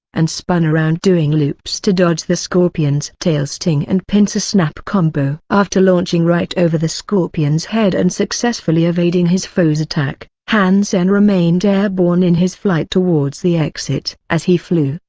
and spun around doing loops to dodge the scorpion's tail-sting and pincer-snap combo. after launching right over the scorpion's head and successfully evading his foe's attack, han sen remained airborne in his flight towards the exit. as he flew,